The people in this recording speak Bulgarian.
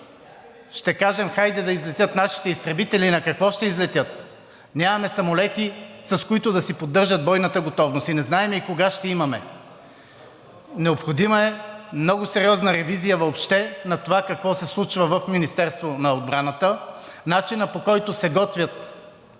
ще кажем: хайде да излетят нашите изтребители. На какво ще излетят? Нямаме самолети, с които да си поддържат бойната готовност, не знаем и кога ще имаме. Необходима е много сериозна ревизия въобще на това какво се случва в Министерството на отбраната, начина, по който се готвят